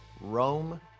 Rome